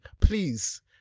please